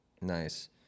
nice